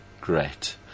great